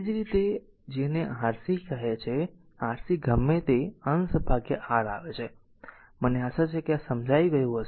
એ જ રીતે r જેને Rc કહે છે Rc ગમે તે અંશ ભાગ્યા R આવે છે મને આશા છે કે આ સમજાયું હશે